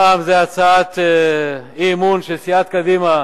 פעם זה הצעת אי-אמון של סיעת קדימה